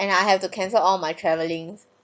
and I have to cancel all my travelling